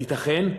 ייתכן,